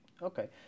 Okay